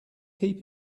keep